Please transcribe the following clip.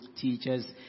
teachers